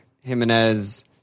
Jimenez